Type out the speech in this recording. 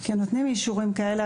כי הם נותנים אישורים כאלה,